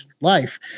life